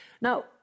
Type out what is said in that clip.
Now